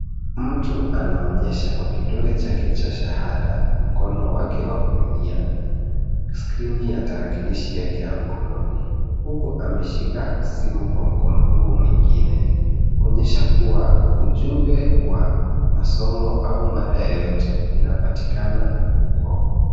Mtu anaonyesha kwa kidole chake cha shahada, mkono wake wa kulia, skrini ya tarakilishi yake ya mkononi, huku ameshika simu kwa mkono huo mwingine, kuonyesha kua ujumbe wa masomo au mada yoyote, unapatikana uko.